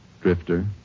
Drifter